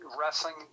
Wrestling